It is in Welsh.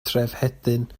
trefhedyn